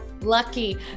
Lucky